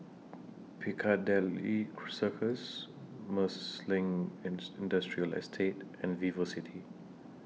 Piccadilly Circus Marsiling Ins Industrial Estate and Vivocity